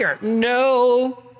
No